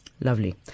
Lovely